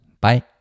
Bye